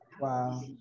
Wow